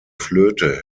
flöte